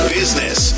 business